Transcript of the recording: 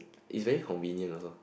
is very convenient also